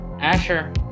Asher